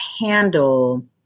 handle